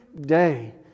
day